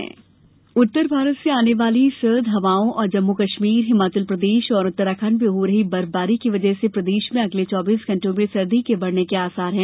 मौसम उत्तर भारत से आने वाली सर्द हवाओं और जम्मू कश्मीर हिमाचल प्रदेश और उत्तराखंड में हो रही बर्फबारी की वजह से प्रदेश में अगले चौबीस घंटों में सर्दी के बढ़ने के आसार हैं